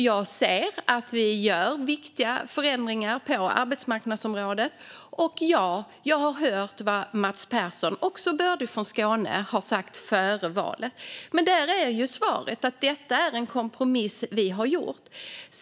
Jag ser att vi gör viktiga förändringar på arbetsmarknadsområdet, och ja, jag har hört vad Mats Persson - som också är bördig från Skåne - sa före valet. Men där är ju svaret att detta är en kompromiss vi har gjort.